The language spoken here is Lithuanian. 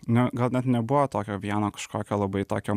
na gal net nebuvo tokio vieno kažkokio labai tokio